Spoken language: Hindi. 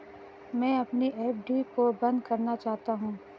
मैं अपनी एफ.डी को बंद करना चाहता हूँ